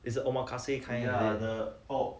is the omakase kind ah